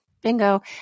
bingo